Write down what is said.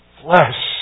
flesh